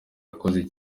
urakoze